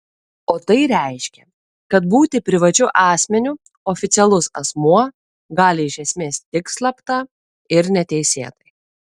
o tai reiškia kad būti privačiu asmeniu oficialus asmuo gali iš esmės tik slapta ir neteisėtai